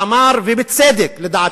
ואמר, בצדק לדעתי,